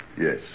Yes